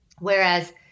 Whereas